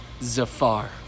Zafar